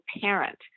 parent